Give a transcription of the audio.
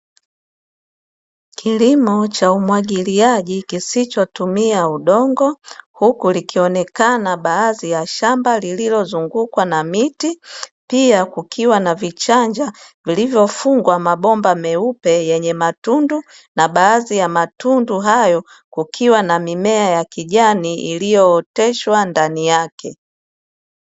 Kilimo cha umwagiliaji kisichotumia udongo, huku likionekana baadhi ya shamba lililozungukwa na miti. Pia kukiwa na vichanja vilivyofungwa mabomba meupe yenye matundu na baadhi ya matundu hayo kukiwa na mimea ya kijani iliyooteshwa ndani yake.